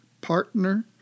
partner